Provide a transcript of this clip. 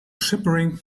shimmering